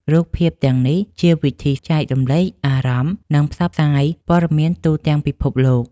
រូបភាពទាំងនេះជាវិធីចែករំលែកអារម្មណ៍ និងផ្សព្វផ្សាយព័ត៌មានទូទាំងពិភពលោក។